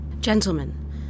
Gentlemen